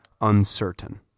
uncertain